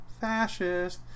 fascist